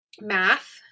math